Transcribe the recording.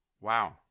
Wow